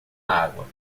água